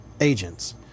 agents